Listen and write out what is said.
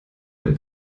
dem